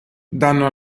danno